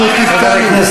אנחנו תיקנו.